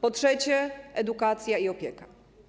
Po trzecie, edukacja i opieka.